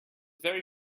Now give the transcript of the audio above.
very